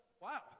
Wow